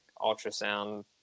ultrasound